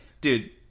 dude